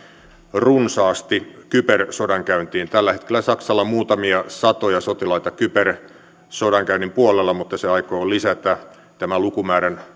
runsaasti kybersodankäyntiin tällä hetkellä saksalla on muutamia satoja sotilaita kybersodankäynnin puolella mutta se aikoo lisätä tämän lukumäärän